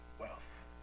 wealth